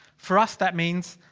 for us that means.